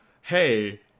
hey